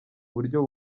buryo